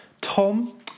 Tom